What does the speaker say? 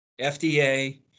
FDA